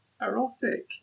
erotic